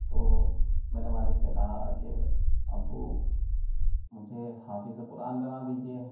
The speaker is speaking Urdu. تو میں نے والد سے کہا کہ ابو مجھے حافظ قرآن بنا دیجیے